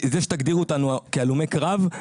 שתגדירו אותנו כהלומי קרב,